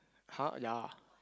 [huh] ya